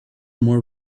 more